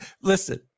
listen